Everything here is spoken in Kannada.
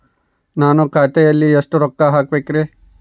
ನಾನು ಖಾತೆಯಲ್ಲಿ ಎಷ್ಟು ರೊಕ್ಕ ಹಾಕಬೇಕ್ರಿ?